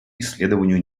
исследованию